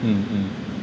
mm mm